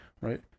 right